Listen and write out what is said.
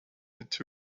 into